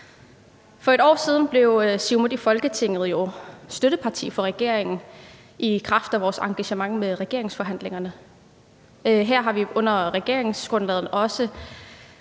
For et år siden blev Siumut i Folketinget jo støtteparti for regeringen i kraft af vores engagement i regeringsforhandlingerne. Her har vi i regeringsgrundlaget også